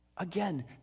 again